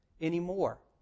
anymore